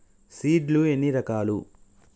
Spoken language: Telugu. సీడ్ లు ఎన్ని రకాలు?